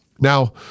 Now